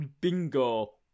bingo